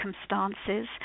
circumstances